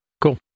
cool